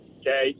okay